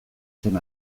zen